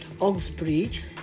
Oxbridge